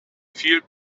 viel